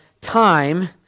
time